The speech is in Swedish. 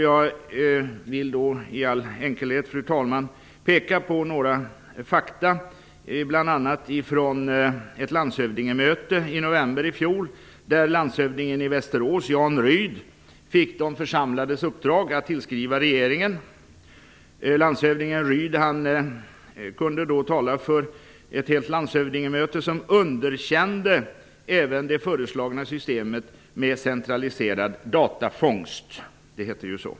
Jag vill i all enkelhet, fru talman, peka på några fakta, bl.a. från ett landshövdingemöte i november i fjol. Landshövdingen i Västerås, Jan Rydh, fick där de församlades uppdrag att tillskriva regeringen. Landshövding Rydh kunde då tala för ett helt landshövdingemöte, som underkände även det föreslagna systemet med centraliserad datafångst - det heter ju så.